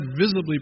visibly